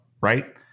right